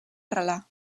arrelar